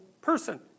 person